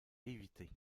éviter